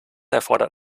erfordert